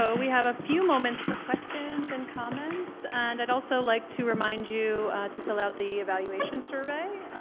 so we have a few moments for questions and comments, and i'd also like to remind you to fill out the evaluation survey,